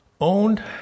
owned